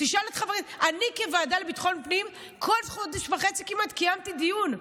אני בוועדה לביטחון פנים בכל חודש וחצי כמעט קיימתי דיון,